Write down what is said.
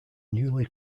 newly